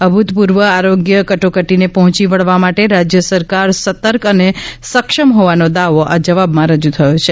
અભૂતપૂર્વ આરોગ્ય કટોકટીને પહોંચી વળવા માટે રાજ્ય સરકાર સતર્ક અને સક્ષમ હોવાનો દાવો આ જવાબમાં રજૂ થયો છે